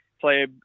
play